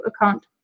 account